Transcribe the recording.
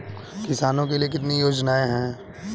किसानों के लिए कितनी योजनाएं हैं?